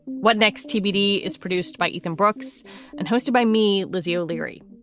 what next? tbd is produced by ethan brooks and hosted by me, lizzie o'leary.